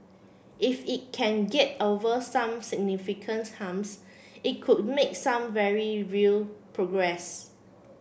if it can get over some significance humps it could make some very real progress